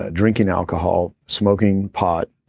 ah drinking alcohol, smoking pot,